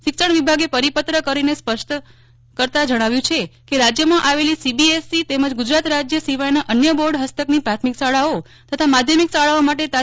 શિક્ષણ વિભાગે પરિપત્ર કરીને સ્પષ્ટતા કરતા જણાવ્યું છે કે રાજ્યમાં આવેલી સીબીએસસી તેમજ ગુજરાત રાજ્ય સિવાયના અન્ય બોર્ડ હસ્તકની પ્રાથમિક શાળાઓ તથા માધ્યમિક શાળાઓ માટે તા